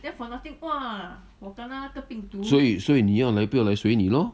所以所以你要来不要来随你咯